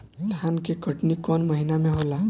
धान के कटनी कौन महीना में होला?